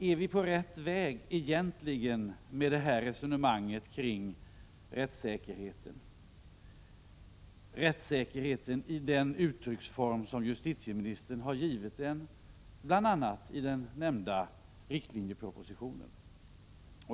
Är vi egentligen på rätt väg med resonemanget kring rättssäkerheten, i den uttrycksform som justitieministern har givit den, bl.a. i den nämnda riktlinjepropositionen?